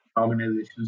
organization's